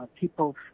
people